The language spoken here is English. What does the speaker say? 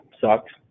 sucks